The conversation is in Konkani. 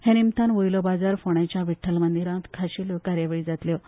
ते निमतान वयलो बाजार फोंडेंच्य विठ्ठल मंदिरांत खाशेल्यो कार्यावळी जातल्यो